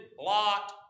Lot